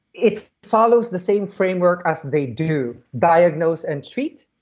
it follows the same framework as they do, diagnose and treat,